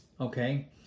Okay